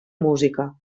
música